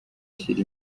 ashyira